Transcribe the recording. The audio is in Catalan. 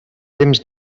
temps